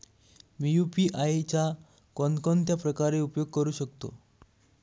मी UPI चा कोणकोणत्या प्रकारे उपयोग करू शकतो?